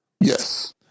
Yes